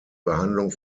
behandlung